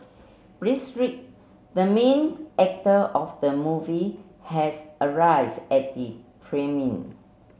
the main actor of the movie has arrived at the premiere